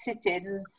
sitting